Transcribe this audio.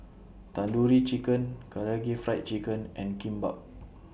Tandoori Chicken Karaage Fried Chicken and Kimbap